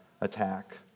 attack